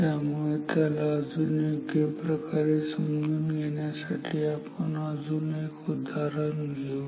त्यामुळे त्याला अजून योग्यप्रकारे समजून घेण्यासाठी आपण अजून एक उदाहरण घेऊ